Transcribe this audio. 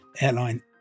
airline